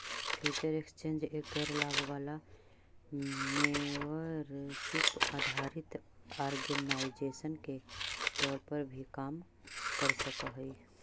future exchange एक गैर लाभ वाला मेंबरशिप आधारित ऑर्गेनाइजेशन के तौर पर भी काम कर सकऽ हइ